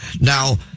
Now